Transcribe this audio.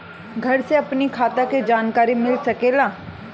घर से अपनी खाता के जानकारी मिल सकेला?